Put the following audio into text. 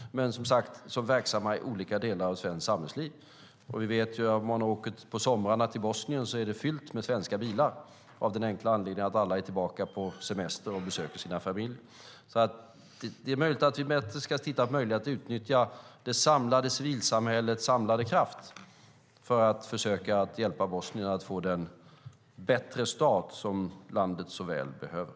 Det finns bosnier som är verksamma i olika delar av svenskt samhällsliv. På somrarna i Bosnien vet vi att det är fullt med svenska bilar av den enkla anledningen att alla är tillbaka på semester och besöker sina familjer. Det är möjligt att vi ska titta på möjligheten att utnyttja civilsamhällets samlade kraft för att försöka hjälpa Bosnien att få den bättre start som landet så väl behöver.